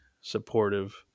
supportive